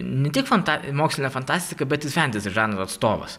ne tiek fanta mokslinė fantastika bet ir fantasy žanro atstovas